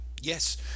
Yes